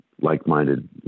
like-minded